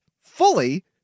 fully